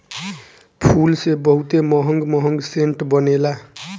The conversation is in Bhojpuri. फूल से बहुते महंग महंग सेंट बनेला